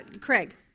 Craig